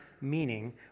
meaning